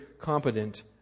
competent